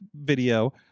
video